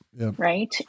right